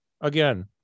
again